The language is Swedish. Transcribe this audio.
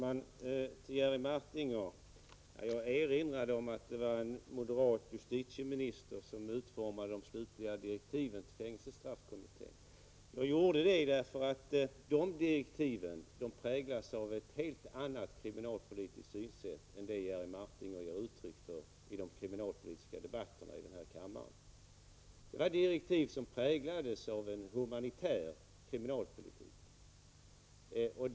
Herr talman! Jag erinrade om att det var en moderat justitieminister som utformade de slutliga direktiven till fängelsestraffkommittén. Jag gjorde det därför att de direktiven präglades av ett helt annat kriminalpolitiskt synsätt än det som Jerry Martinger ger uttryck för i de kriminalpolitiska debatterna i denna kammare. Den moderate justitieministerns direktiv präglades av en humanitär kriminalpolitik.